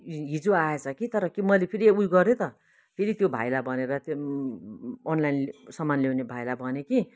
हिजो आएछ कि तर फेरी मैले फेरी उयो गरेँ त फेरी त्यो भाइलाई भनेर त्यो अनलाइन सामान ल्याउने भाइलाई भने कि